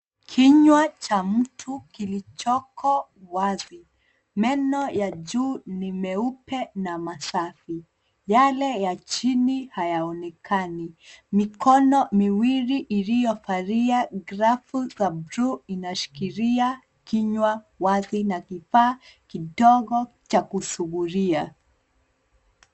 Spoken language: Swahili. Kinywa cha mtu kilichoko wazi. Meno ya juu ni meupe na masafi. Yale ya chini hayaonekani. Mikono miwili iliyovalia glavu za bluu inashikilia kinywa wazi na kifaa kidogo cha kusugulia.